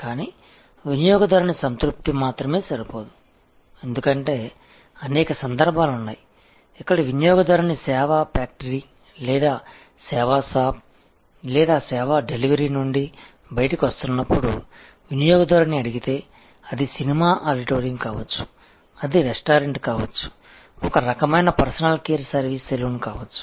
కానీ వినియోగదారుని సంతృప్తి మాత్రమే సరిపోదు ఎందుకంటే అనేక సందర్భాలు ఉన్నాయి ఇక్కడ వినియోగదారుని సేవ ఫ్యాక్టరీ లేదా సేవ షాప్ లేదా సేవ డెలివరీ నుండి బయటకు వస్తున్నప్పుడు వినియోగదారుని అడిగితే అది సినిమా ఆడిటోరియం కావచ్చు అది రెస్టారెంట్ కావచ్చు ఒకరకమైన పర్సనల్ కేర్ సర్వీస్ సెలూన్ కావచ్చు